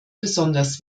besonders